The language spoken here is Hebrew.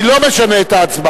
אני לא משנה את ההצבעה.